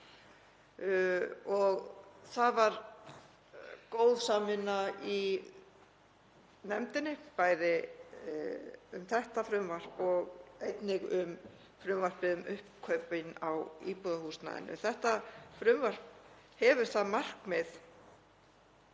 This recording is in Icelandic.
Það var góð samvinna í nefndinni bæði um þetta frumvarp og einnig um frumvarpið um uppkaup á íbúðarhúsnæðinu. Þetta frumvarp hefur það markmið